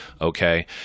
okay